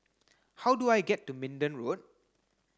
how do I get to Minden Road